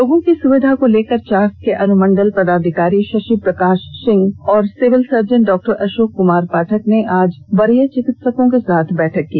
लोगों की सुविधा को लेकर चास के अनुमंडल पदाधिकारी शशि प्रकाश सिंह और civil surgeon doctor Ashok Kumar Pathak ने आज वरीय चिकित्सकों के साथ बैठक की